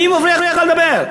מי מפריע לך לדבר?